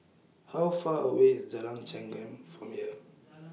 How Far away IS Jalan Chengam from here